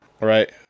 Right